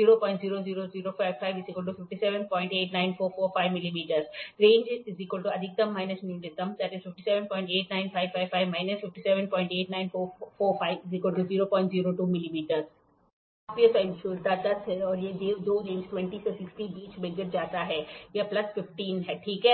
000055 5789445 मिमी रेंज अधिकतम न्यूनतम 5789555 5789445 002 मिमी प्राप्य सहिष्णुता 10 है और यह ये दो रेंज 20 से 60 बीच में गिर जाता है यह प्लस 15 ठीक है